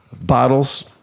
bottles